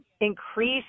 increase